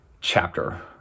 chapter